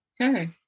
Okay